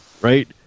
right